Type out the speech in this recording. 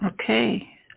Okay